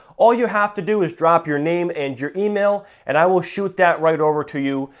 all you have to do is drop your name and your email and i will shoot that right over to you,